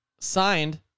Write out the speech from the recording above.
Signed